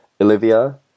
Olivia